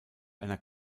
einer